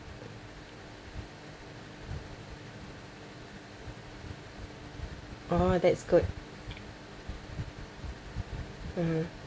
oh that's good mmhmm